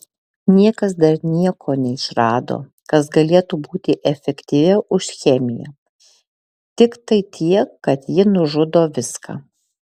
niekas dar nieko neišrado kas galėtų būti efektyviau už chemiją tiktai tiek kad ji nužudo viską